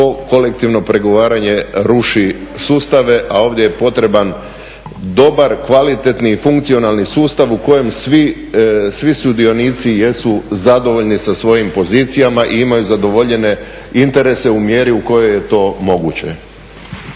kolektivno pregovaranje ruši sustave a ovdje je potreban dobar, kvalitetni i funkcionalni sustav u kojem svi sudionici jesu zadovoljni sa svojim pozicijama i imaju zadovoljene interese u mjeri u kojoj je to moguće.